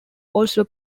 also